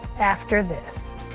after this.